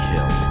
Kill